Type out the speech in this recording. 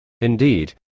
Indeed